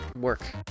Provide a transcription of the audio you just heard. work